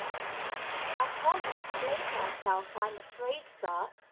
i can't explain myself, i'm afraid, sir,